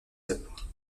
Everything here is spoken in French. œuvres